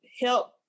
help